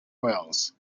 wales